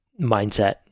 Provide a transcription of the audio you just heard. mindset